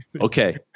Okay